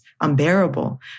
unbearable